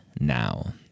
now